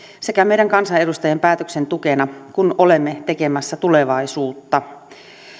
sekä meidän kansanedustajien päätöksien tukena kun olemme tekemässä tulevaisuutta